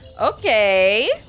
Okay